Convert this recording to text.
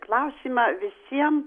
klausimą visiem